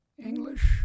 English